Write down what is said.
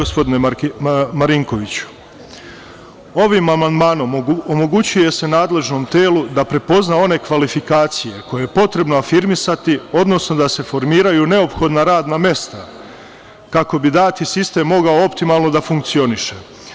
Ovim amandmanom omogućuje se nadležnom telu da prepozna one kvalifikacije koje je potrebno afirmisati, odnosno da se formiraju neophodna radna mesta, kako bi dati sistem mogao optimalno da funkcioniše.